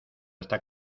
está